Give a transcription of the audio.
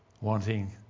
Wanting